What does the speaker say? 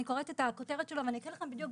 אני קוראת את הכותרת שלו ואני אקריא לכם גם